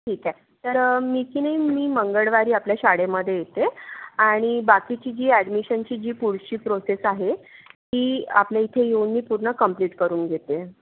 ठिकए तर मी की नी मी मंगळवारी आपल्या शाडेमधे येते आणि बाकिची जी ॲडमिशनची जी पुढची प्रोसेस आहे ती आपल्या इथे येऊन मी ती पुर्ण कम्पलिट करून घेते